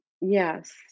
yes